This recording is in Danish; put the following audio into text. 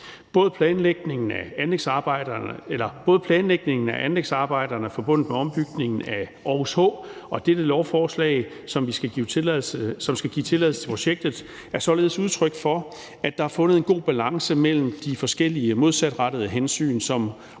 Både planlægningen af anlægsarbejderne forbundet med ombygningen af Aarhus H og dette lovforslag, som skal give tilladelse til projektet, er således udtryk for, at der er fundet en god balance mellem de forskellige, modsatrettede hensyn, som uundgåeligt